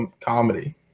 comedy